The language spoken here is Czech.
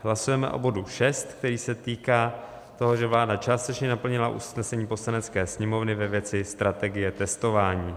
Hlasujeme o bodu 6, který se týká toho, že vláda částečně naplnila usnesení Poslanecké sněmovny ve věci strategie testování.